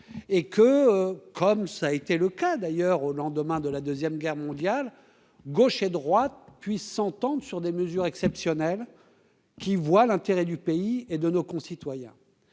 et que, comme ça a été le cas d'ailleurs au lendemain de la 2ème Guerre mondiale, gauche et droite puisse s'entendre sur des mesures exceptionnelles qui voient l'intérêt du pays et de nos concitoyens,